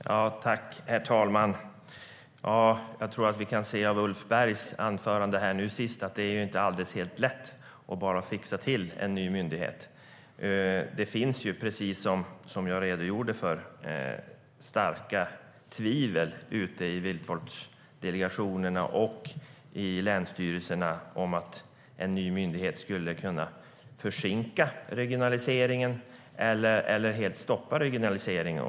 STYLEREF Kantrubrik \* MERGEFORMAT Jakt och viltvårdHerr talman! Vi kan se av Ulf Bergs anförande här sist att det inte är helt lätt att bara fixa till en ny myndighet. Det finns, precis som jag redogjorde för, starka tvivel ute i viltvårdsdelegationerna och i länsstyrelserna och en uppfattning att en ny myndighet skulle kunna försinka regionaliseringen eller helt stoppa regionaliseringen.